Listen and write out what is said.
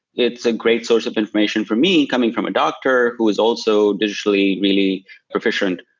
it's a great source of information for me coming from a doctor who is also digitally really proficient.